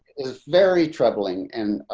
is very troubling and